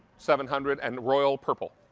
seven hundred and royal purple.